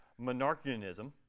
Monarchianism